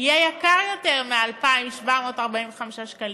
יהיה יותר מ-2,745 שקלים.